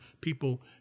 people